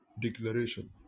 declaration